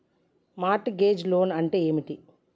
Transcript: Mart gauge loan అంటే ఏమిటి?